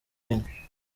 kenya